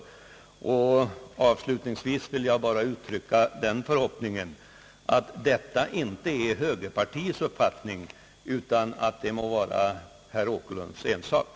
Jag uttrycker den förhoppningen att detta inte är högerpartiets uppfattning, utan ett uttryck för herr Åkerlunds egen åsikt.